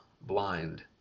blind